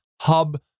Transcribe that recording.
Hub